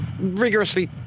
rigorously